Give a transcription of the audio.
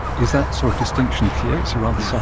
is that sort of distinction clear? it's a rather so